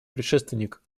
предшественник